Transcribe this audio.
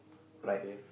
okay